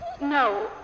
No